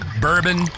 bourbon